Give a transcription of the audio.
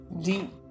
deep